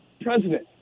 president